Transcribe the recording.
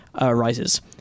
arises